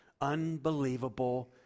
unbelievable